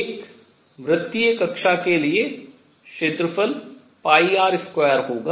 एक वृतीय कक्षा के लिए क्षेत्रफल R2 होगा